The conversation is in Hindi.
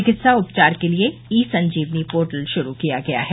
चिकित्सा उपचार के लिए ई संजीवनी पोर्टल शुरू किया गया है